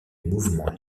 mouvement